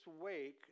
wake